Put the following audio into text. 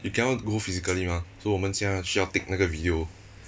you cannot go physically mah so 我们现在需要 take 那个 video